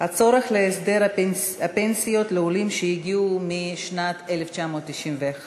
הצורך בהסדר הפנסיות לעולים שהגיעו מאז שנת 1991,